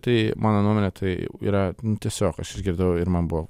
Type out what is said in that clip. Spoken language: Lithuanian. tai mano nuomone tai jau yra tiesiog aš išgirdau ir man buvo